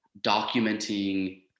documenting